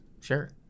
Sure